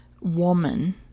woman